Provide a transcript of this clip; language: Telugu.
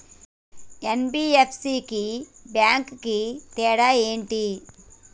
ఎన్.బి.ఎఫ్.సి కి బ్యాంక్ కి తేడా ఏంటి?